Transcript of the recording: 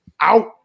Out